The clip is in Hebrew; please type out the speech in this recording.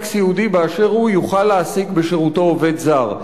סיעודי באשר הוא יוכל להעסיק בשירותו עובד זר,